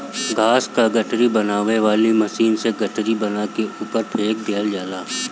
घास क गठरी बनावे वाला मशीन से गठरी बना के ऊपर फेंक देहल जाला